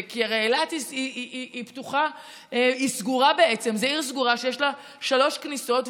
כי הרי אילת זאת עיר סגורה שיש לה שלוש כניסות,